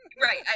right